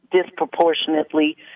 disproportionately